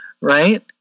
right